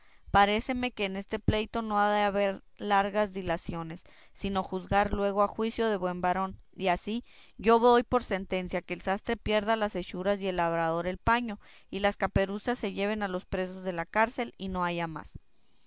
dijo paréceme que en este pleito no ha de haber largas dilaciones sino juzgar luego a juicio de buen varón y así yo doy por sentencia que el sastre pierda las hechuras y el labrador el paño y las caperuzas se lleven a los presos de la cárcel y no haya más